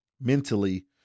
mentally